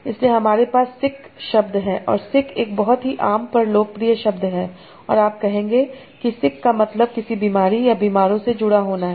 इसलिए हमारे पास सिक शब्द है और सिक एक बहुत ही आम पर लोकप्रिय शब्द है और आप कहेंगे कि सिक का मतलब किसी बीमारी या बीमारों से जुड़ा होना है